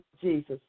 Jesus